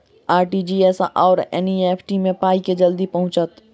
RTGS आओर NEFT मे पाई केँ मे जल्दी पहुँचत?